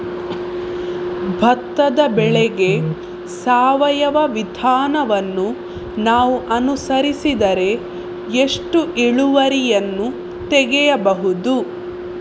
ಭತ್ತದ ಬೆಳೆಗೆ ಸಾವಯವ ವಿಧಾನವನ್ನು ನಾವು ಅನುಸರಿಸಿದರೆ ಎಷ್ಟು ಇಳುವರಿಯನ್ನು ತೆಗೆಯಬಹುದು?